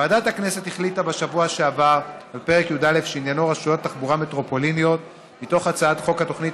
ועדת הכנסת החליטה בשבוע שעבר כי פרק י"א מתוך הצעת חוק התוכנית